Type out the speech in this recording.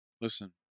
listen